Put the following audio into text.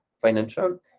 financial